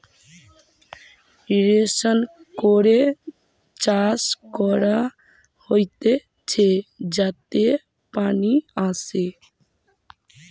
irrigation করে মাটিতে চাষ করা হতিছে যাতে পানি আসে